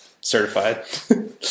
Certified